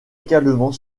également